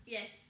Yes